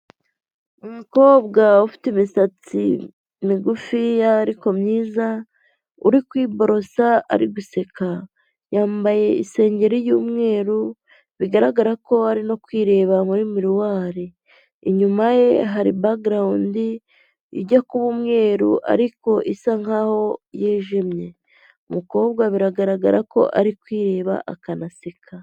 Umukobwa ufite imisatsi migufiya ariko myiza, uri kwiborosa ari guseka, yambaye isengeri y'umweru, bigaragara ko ari no kwireba muri miruwari, inyuma ye hari bagarawundi ijya kuba umweru, ariko isa nk'aho yijimye, umukobwa biragaragara ko ari kwireba akanaseka.